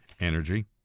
Energy